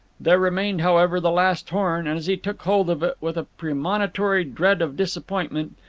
there remained, however, the last horn, and as he took hold of it with a premonitory dread of disappointment,